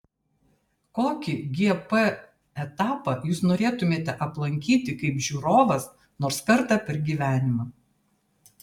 kokį gp etapą jūs norėtumėte aplankyti kaip žiūrovas nors kartą per gyvenimą